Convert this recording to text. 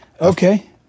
okay